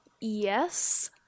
Yes